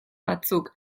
batzuk